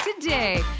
today